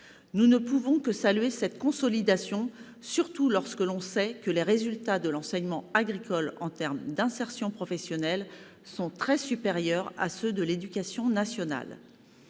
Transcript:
Nous ne pouvons que saluer cette consolidation, d'autant que les résultats de l'enseignement agricole en termes d'insertion professionnelle sont très supérieurs à ceux de l'éducation nationale.